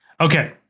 Okay